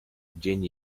dzień